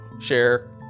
share